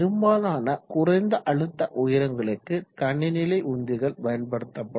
பெரும்பாலும் குறைந்த அழுத்த உயரங்களுக்கு தனி நிலை உந்திகள் பயன்படுத்தப்படும்